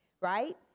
right